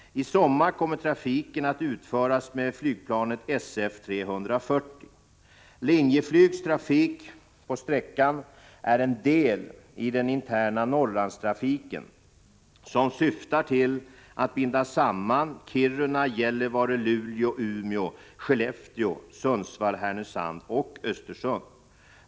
I sommar kommer trafiken att utföras med flygplanet SF 340. Linjeflygs trafik på sträckan är en del i den interna Norrlandstrafiken, som syftar till att binda samman Kiruna, Gällivare, Luleå, Umeå, Skellefteå, Sundsvall/Härnösand och Östersund.